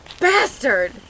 Bastard